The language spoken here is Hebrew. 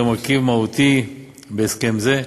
זהו מרכיב מהותי בהסכם זה.